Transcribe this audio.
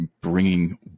bringing